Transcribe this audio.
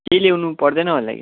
केही ल्याउनु पर्दैन होला